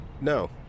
No